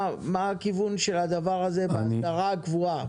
מה הכיוון של הדבר הזה בהגדרה הקבועה?